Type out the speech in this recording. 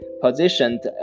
positioned